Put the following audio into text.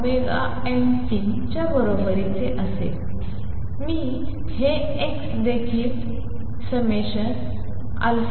च्या बरोबरीचे असेल